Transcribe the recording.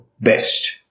best